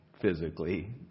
physically